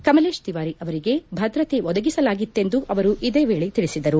ಕಮಲೇಶ್ ತಿವಾರಿ ಅವರಿಗೆ ಭದ್ರತೆ ಒದಗಿಸಲಾಗಿತ್ತೆಂದು ಅವರು ಇದೇ ವೇಳೆ ತಿಳಿಸಿದರು